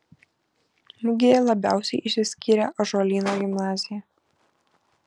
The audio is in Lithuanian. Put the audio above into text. mugėje labiausiai išsiskyrė ąžuolyno gimnazija